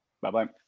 Bye-bye